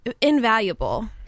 invaluable